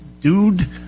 dude